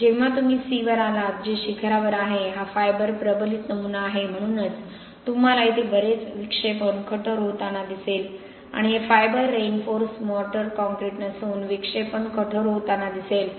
जेव्हा तुम्ही C वर आलात जे शिखरावर आहे हा फायबर प्रबलित नमुना आहे म्हणूनच तुम्हाला येथे बरेच विक्षेपण कठोर होताना दिसेल आणि हे फायबर रीइन्फोर्स मोर्टार कॉंक्रिट नसून विक्षेपण कठोर होताना दिसेल